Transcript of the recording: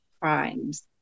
crimes